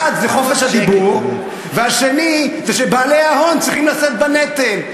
אחד זה חופש הדיבור והשני זה שבעלי ההון צריכים לשאת בנטל.